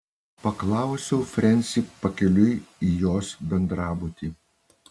paklausiau frensį pakeliui į jos bendrabutį